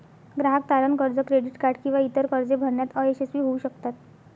ग्राहक तारण कर्ज, क्रेडिट कार्ड किंवा इतर कर्जे भरण्यात अयशस्वी होऊ शकतात